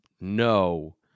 no